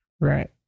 Right